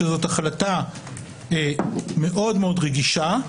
שזאת החלטה מאוד מאוד רגישה,